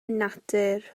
natur